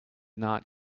not